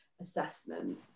assessment